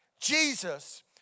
Jesus